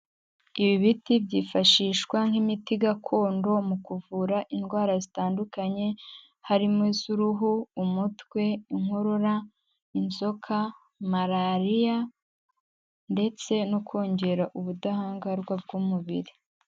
Ibi biti byifashishwa nk'imiti gakondo mu kuvura indwara zitandukanye, harimo iz'uruhu umutwe, inkorora, inzoka, Malariya ndetse no kongera ubudahangarwa bw'umubiri.